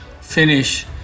finish